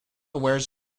wears